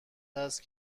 هست